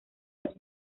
los